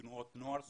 תנועות נוער סגורות,